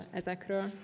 ezekről